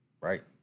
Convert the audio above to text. right